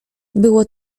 było